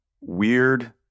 weird